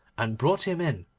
and brought him in,